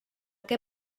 què